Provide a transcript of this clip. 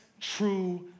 true